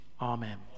amen